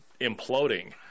imploding